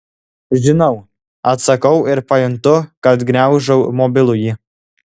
žinau atsakau ir pajuntu kad gniaužau mobilųjį